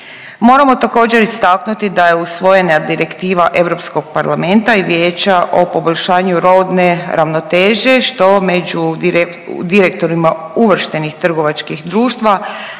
Moramo također istaknuti da je usvojena direktiva Europskog parlamenta i vijeća o poboljšanju rodne ravnoteže što među direktorima uvrštenih trgovačkih društva